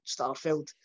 Starfield